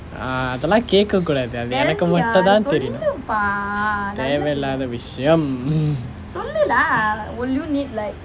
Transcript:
err அதெல்லாம் கேட்க கூடாது எனக்கு மட்டும் தான் தெரியும் தேவையில்லாத விஷயம்:athellam kaetka kudaathu enakku mattum thaan theriyum thevaiyillaatha vishayam